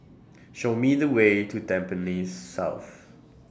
Show Me The Way to Tampines South